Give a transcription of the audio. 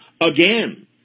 again